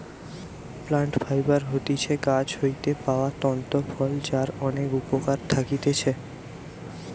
plant fibre হতিছে গাছ হইতে পাওয়া তন্তু ফল যার অনেক উপকরণ থাকতিছে